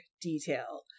detail